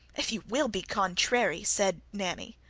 if you will be contrary! said nanny.